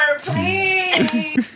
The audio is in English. please